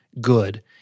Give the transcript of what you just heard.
good